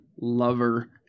lover